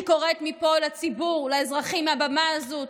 אני קוראת מפה, מהבמה הזו,